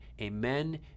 amen